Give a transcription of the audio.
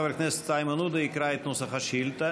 חבר הכנסת איימן עודה יקרא את נוסח השאילתה.